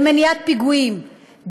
במניעת פיגועים,